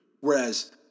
whereas